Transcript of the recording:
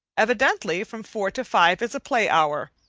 evidently, from four to five is a play hour,